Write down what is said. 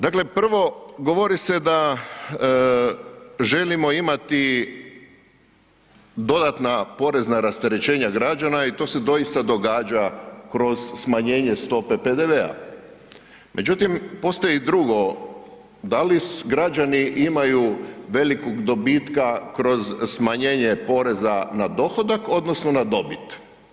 Dakle, prvo govori se da želimo imati dodatna porezna rasterećenja građana i to se doista događa kroz smanjenje stope PDV-a, međutim postoji drugo da li građani imaju velikog dobitka kroz smanjenje poreza na dohodak odnosno na dobit.